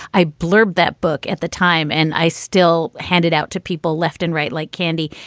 i blurbed that book at the time and i still handed out to people left and right like candy.